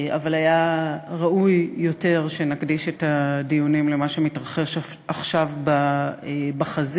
אבל היה ראוי יותר שנקדיש את הדיונים למה שמתרחש עכשיו בחזית,